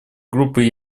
группы